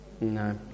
No